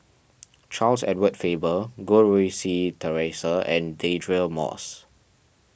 Charles Edward Faber Goh Rui Si theresa and Deirdre Moss